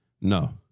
No